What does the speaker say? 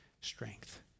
strength